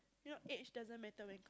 you know age doesn't matter when